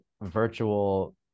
virtual